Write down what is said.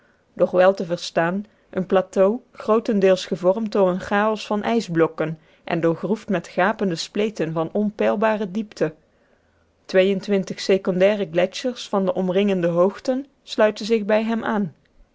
doch wel te verstaan een plateau grootendeels gevormd door een chaos van ijsblokken en doorgroefd met gapende spleten van onpeilbare diepte twee-en-twintig secondaire gletschers van de omringende hoogten sluiten zich bij hem aan